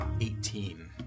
Eighteen